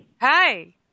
Hi